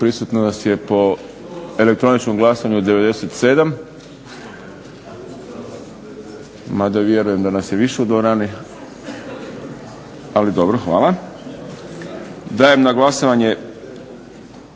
Prisutno nas je po elektroničkom glasanju 97 mada vjerujem da nas je više u dvorani. Hvala. Dajem na glasovanje